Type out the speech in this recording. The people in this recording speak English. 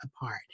apart